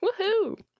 woohoo